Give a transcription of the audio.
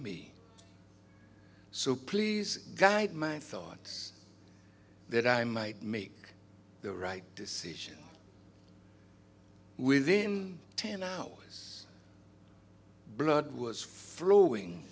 me so please guide my thoughts that i might make the right decision within ten hours blood was